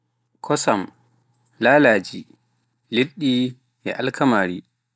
Kosam, lalaaji, Liɗɗi, Alkamaari